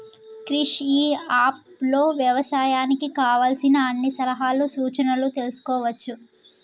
క్రిష్ ఇ app లో వ్యవసాయానికి కావలసిన అన్ని సలహాలు సూచనలు తెల్సుకోవచ్చు